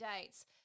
dates